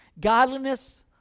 Godliness